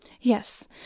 Yes